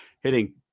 hitting